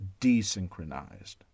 desynchronized